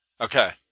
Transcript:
Okay